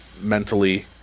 mentally